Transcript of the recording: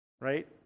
right